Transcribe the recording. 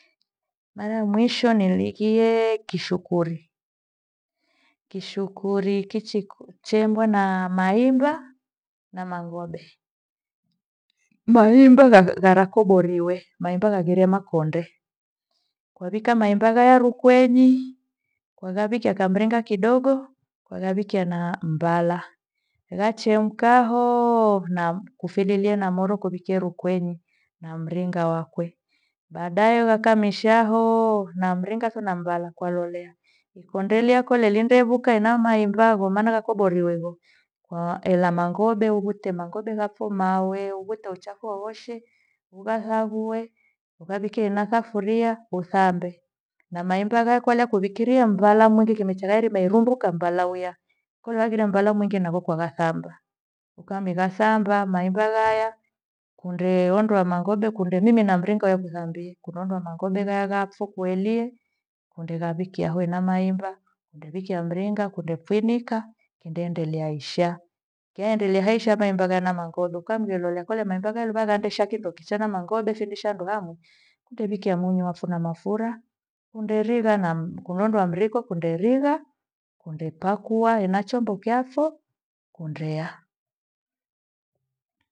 Mara ya mwisho nilighiye kishukuri. Kishukuri kichi- ku- chembwa na maimba na mangombe. Maimba gharakoboriwe, maimba kaghire makonde. Kwa vika maigamba ghaya rukwenyi, kwa vikiya mringa kidogo, kwagavika na mbala. Ghachemkahoo na kufililie ena moro kuvikie rukwenyi na mringa wake. Baadae ukakamisha hoo na mringa thana mbala kwa lalolei. Likondelia kole lindevuka ena maimbagho maana ghakoboriwevo. Ela mangobe uvute mangobe ngafo mawe uvite uchafu wowoshe, ukathaghue ukavike ena safuria uthambe na maemba ghaya kwa kwikirie mmbala mwingi kindo changairima irumbuka mbala uya kola igira mbala mwingi navo kwagathamba. Ukamira thamba maimba ghaya kunde ondoa maghobe, kunde mm na mringa wekuthambie kuneondoa mangobe gayagathu kweli undeghafikia hoi na maemba urewikia mringa kunde funika kundeendelea isha. kyaendelea isha mahemba ghana na mangobe ukwamlolea kole maemba ukalugandisha kindo kichaa na mangombe kindushandu hamu, indowekea munyu afu na mafura kunderigha na- mh kundeondoa mriko kunderigha kundepakua ena chombo chafo kundea